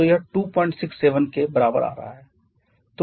तो यह 267 के बराबर आ रहा है